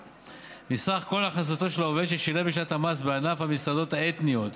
מסך הכנסתו של העובד ששילם בשנת המס בענף המסעדות האתניות,